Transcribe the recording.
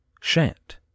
Shant